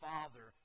Father